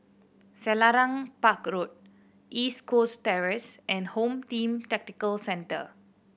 Selarang Park Road East Coast Terrace and Home Team Tactical Centre